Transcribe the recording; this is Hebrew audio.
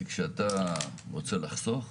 וכשאתה רוצה לחסוך,